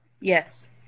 Yes